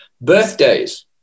Birthdays